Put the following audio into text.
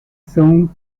son